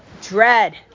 dread